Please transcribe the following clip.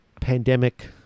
Pandemic